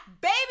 baby